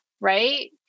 Right